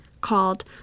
called